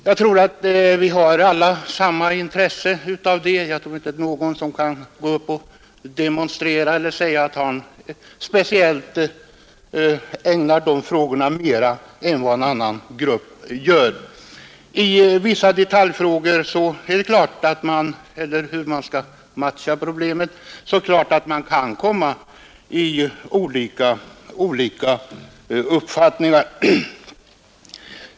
Jag tror att vi alla har samma intresse av det. Det är säkert inte någon här som kan stiga upp och säga att en viss grupp ägnar dessa frågor mer uppmärksamhet än vad någon annan grupp gör. I vissa detaljfrågor är det klart att man kan komma fram till olika uppfattningar.